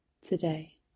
today